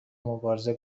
مبارزه